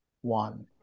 one